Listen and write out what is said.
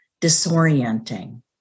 disorienting